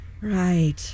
Right